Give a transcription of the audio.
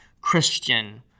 Christian